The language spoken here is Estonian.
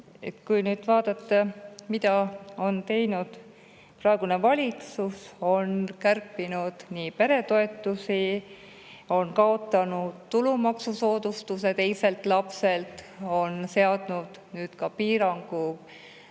kui nüüd vaadata, mida on teinud praegune valitsus – on kärpinud peretoetusi, on kaotanud tulumaksusoodustuse teise lapse pealt, on seadnud piirangu